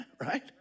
Right